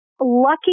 Lucky